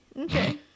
Okay